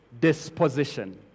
disposition